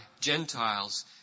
Gentiles